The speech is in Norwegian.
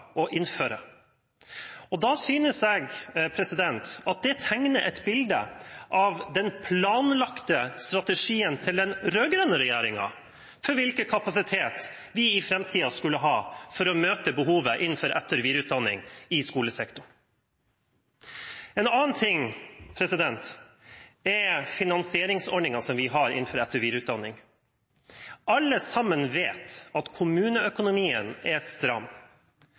å innføre. Det synes jeg tegner et bilde av den planlagte strategien til den rød-grønne regjeringen for hvilken kapasitet vi i framtiden skulle ha for å møte behovet innenfor etter- og videreutdanning i skolesektoren. En annen ting er finansieringsordningen vi har innenfor etter- og videreutdanning. Alle vet at kommuneøkonomien er stram.